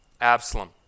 Absalom